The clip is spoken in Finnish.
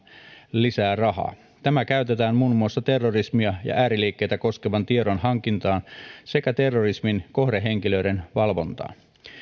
lisää rahaa tämä käytetään muun muassa terrorismia ja ääriliikkeitä koskevan tiedon hankintaan sekä terrorismin kohdehenkilöiden valvontaan